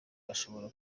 ashobora